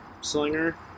Slinger